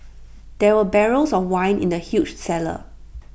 there were barrels of wine in the huge cellar